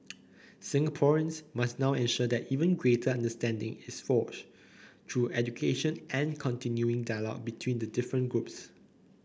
Singaporeans must now ensure that even greater understanding is forged through education and continuing dialogue between the different groups